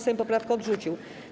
Sejm poprawkę odrzucił.